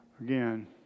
again